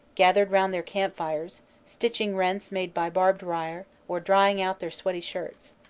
gathered round their campfires, stitching rents made by barbed wire or drying out their sweaty shirts.